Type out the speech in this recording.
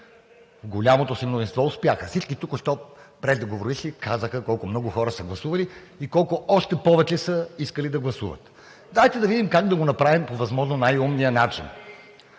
В голямото си мнозинство успяха! Всички преждеговоривши току-що казаха колко много хора са гласували и колко още повече са искали да гласуват – дайте да видим как да го направим по възможно най-умния начин.